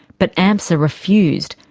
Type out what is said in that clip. but amsa refused,